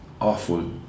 awful